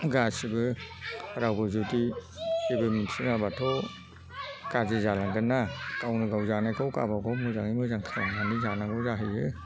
गासिबो रावबो जुदि जेबो मोनथिरोङाबाथ' गाज्रि जालांगोन्ना गावनो गाव जानायखौ गावबा गाव मोजाङै मोजां खालामनानै जानांगौ जाहैयो